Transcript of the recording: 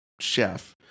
chef